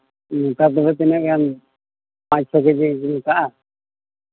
ᱱᱮᱛᱟᱨ ᱛᱚᱵᱮ ᱛᱤᱱᱟᱹᱜ ᱜᱟᱱ ᱯᱟᱸᱪ ᱪᱷᱚ ᱠᱮᱡᱤ ᱠᱚ ᱢᱚᱴᱟᱜᱼᱟ